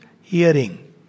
hearing